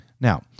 Now